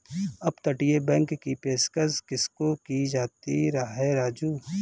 अपतटीय बैंक की पेशकश किसको की जाती है राजू?